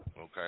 Okay